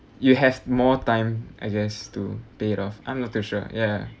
you have more time I guess to pay off I'm not too sure ya